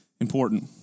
important